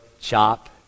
chop